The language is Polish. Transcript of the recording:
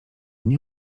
nie